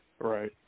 Right